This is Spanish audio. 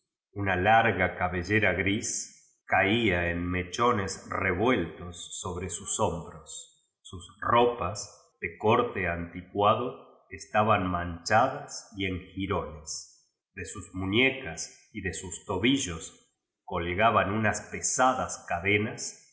una larga cabellera gris caía en mechonea revueltos sobre sus lio rubros sus ropos de corte anticuado estaban rnnncliadas y en ji rones de sus muñecas y de sus tobillos col gaban ñutí pesados cadenas